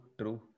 true